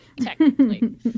Technically